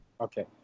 Okay